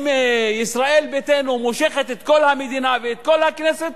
אם ישראל ביתנו מושכת את כל המדינה ואת כל הכנסת,